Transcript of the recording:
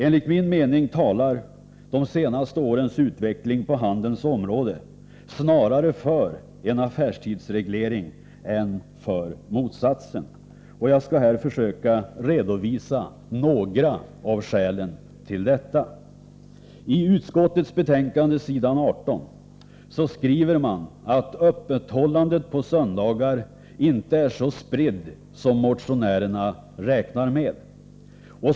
Enligt min mening talar de senaste årens utveckling på handelns område snarare för en affärstidsreglering än för motsatsen. Jag skall här försöka redovisa några av skälen till detta. I utskottsbetänkandet på s. 18 skriver man att öppethållande på söndagar inte är så spritt som motionärerna räknar med.